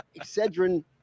Excedrin